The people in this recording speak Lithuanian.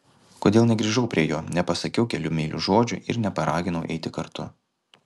kodėl negrįžau prie jo nepasakiau kelių meilių žodžių ir neparaginau eiti kartu